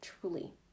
truly